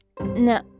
no-